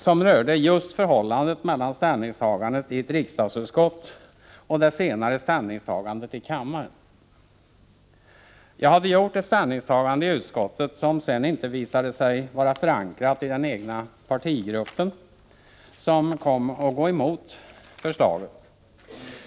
Det rörde just förhållandet mellan ställningstagandet i ett riksdagsutskott och det senare ställningstagandet i kammaren. Jag hade gjort ett ställningstagande i utskottet som sedan inte visade sig vara förankrat i den egna partigruppen, som kom att gå emot förslaget.